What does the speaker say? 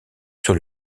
sur